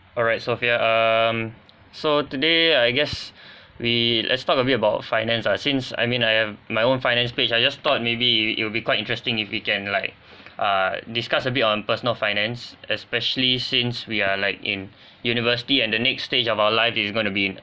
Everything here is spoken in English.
alright percent um so today I guess we let's talk a bit about finance ah since I mean I have my own finance page I just thought maybe it will be quite interesting if you can like uh discuss a bit on personal finance especially since we are like in university and the next stage of our life is going to be in